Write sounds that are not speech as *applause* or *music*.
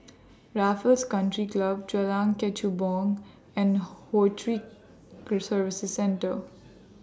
Raffles Country Club Jalan Kechubong and *unintelligible* Services Centre